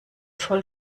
voll